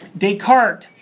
descartes